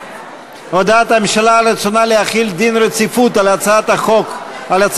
הודעת הממשלה על רצונה להחיל דין רציפות על הצעות החוק.